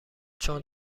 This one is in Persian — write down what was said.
چون